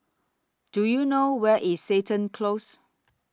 Do YOU know Where IS Seton Close